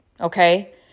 Okay